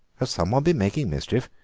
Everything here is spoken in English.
has some one been making mischief?